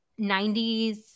90s